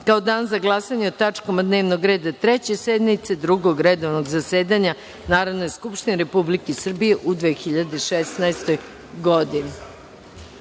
kao dan za glasanje o tačkama dnevnog reda Treće sednice Drugog redovnog zasedanja Narodne skupštine Republike Srbije u 2016. godini.(Zoran